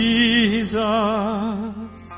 Jesus